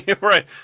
Right